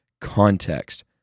context